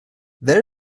there